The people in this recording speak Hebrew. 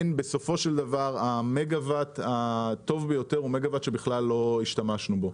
בסופו של דבר המגה וואט הטוב ביותר הוא מגה וואט שבכלל לא השתמשנו בו.